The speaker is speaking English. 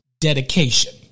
dedication